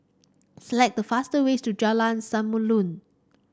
select the faster ways to Jalan Samulun